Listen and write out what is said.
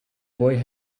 boy